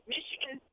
Michigan